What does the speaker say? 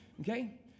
Okay